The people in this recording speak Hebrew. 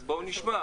אז בואו נשמע,